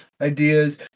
ideas